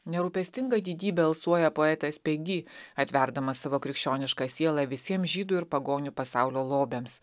nerūpestinga didybe alsuoja poetas pegi atverdamas savo krikščionišką sielą visiems žydų ir pagonių pasaulio lobiams